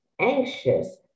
anxious